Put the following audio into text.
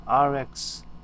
RX